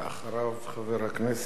חבר הכנסת עפו אגבאריה.